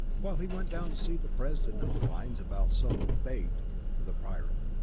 while he went down to see the president of the lines about some bait for the pirate.